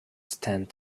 stand